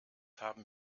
haben